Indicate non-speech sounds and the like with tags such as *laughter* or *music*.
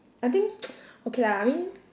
I think *noise* okay lah I mean